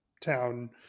town